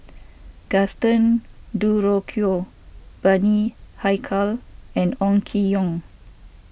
Gaston Dutronquoy Bani Haykal and Ong Keng Yong